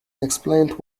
explained